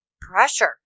pressure